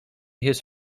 his